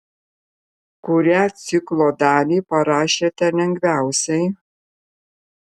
kurią ciklo dalį parašėte lengviausiai